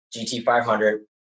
GT500